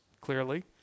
clearly